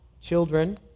children